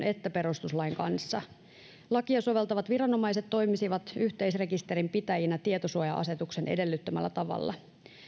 että perustuslain kanssa lakia soveltavat viranomaiset toimisivat yhteisrekisterin pitäjinä tietosuoja asetuksen edellyttämällä tavalla